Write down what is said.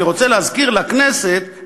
אני רוצה להזכיר לכנסת,